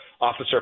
Officer